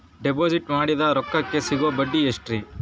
Deposit ಮಾಡಿದ ರೊಕ್ಕಕೆ ಸಿಗುವ ಬಡ್ಡಿ ಎಷ್ಟ್ರೀ?